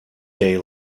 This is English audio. day